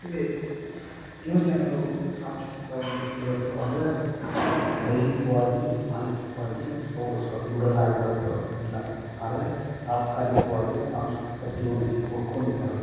ಇಲ್ಲಿ ಯುವ ಜನರು ಸಾಂಸ್ಕೃತಿಕವಾಗಿ ಇವತ್ತು ಅಂದರೆ ದೈಹಿಕವಾಗಿ ಮಾನಸಿಕವಾಗಿ ಅವರು ಸದೃಢರಾಗಿರೋದು ಇಲ್ಲ ಆದರೆ ತಾತ್ಕಾಲಿಕವಾಗಿ ಸಾಂಸ್ಕೃತಿಕ ಜೀವನಕ್ಕೆ ಒಕ್ಕೊಂಡಿದಾರೆ ಅವರು